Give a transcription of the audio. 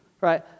Right